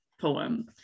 poem